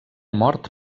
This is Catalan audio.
mort